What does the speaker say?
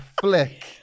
flick